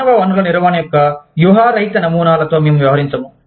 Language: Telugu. మానవ వనరుల నిర్వహణ యొక్క వ్యూహరహిత నమూనాలతో మేము వ్యవహరించము